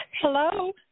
Hello